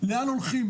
לאן הולכים.